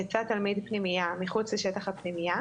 יצא תלמיד פנימייה מחוץ לשטח הפנימייה,